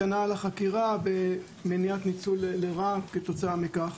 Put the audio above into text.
הגנה על החקירה ומניעת ניצול לרעה כתוצאה מכך.